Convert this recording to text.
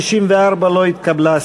הסתייגות 94 לא התקבלה.